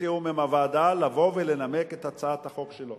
בתיאום עם הוועדה, לבוא ולנמק את הצעת החוק שלו